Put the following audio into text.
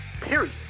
period